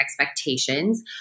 expectations